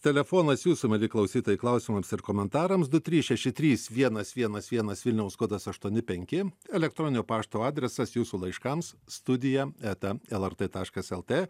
telefonas jūsų mieli klausytojai klausimams ir komentarams du trys šeši trys vienas vienas vienas vilniaus kodas aštuoni penki elektroninio pašto adresas jūsų laiškams studija eta lrt taškas lt